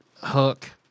Hook